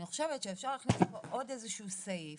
אני חושבת שאפשר להכניס לפה עוד איזשהו סעיף